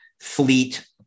fleet